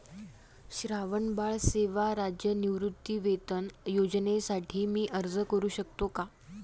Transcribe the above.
श्रावणबाळ सेवा राज्य निवृत्तीवेतन योजनेसाठी मी अर्ज करू शकतो का?